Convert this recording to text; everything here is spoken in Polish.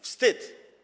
Wstyd.